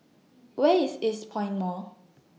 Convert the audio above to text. Where IS Eastpoint Mall